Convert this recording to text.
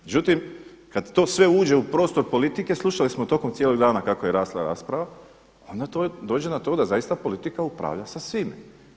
Međutim, kad to sve uđe u prostor politike slušali smo tokom cijelog dana kako je rasla rasprava, onda to dođe na to da zaista politika upravlja sa svime.